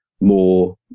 more